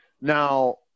Now